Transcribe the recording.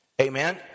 Amen